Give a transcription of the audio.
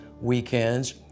weekends